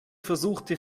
versuchte